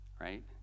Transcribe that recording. right